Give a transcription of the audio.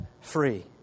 free